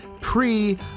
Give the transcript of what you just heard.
pre